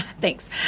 thanks